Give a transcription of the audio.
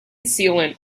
sealant